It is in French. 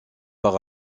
par